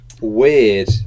weird